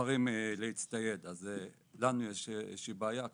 בוחרים להצטייד, אז לנו יש איזושהי בעיה כזאת.